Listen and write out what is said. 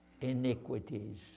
iniquities